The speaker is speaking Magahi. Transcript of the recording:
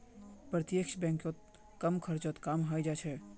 प्रत्यक्ष बैंकत कम खर्चत काम हइ जा छेक